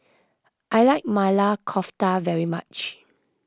I like Maili Kofta very much